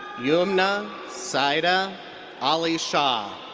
yumna syeda ali shah.